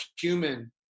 human